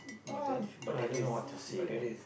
ah this people I don't know what to say man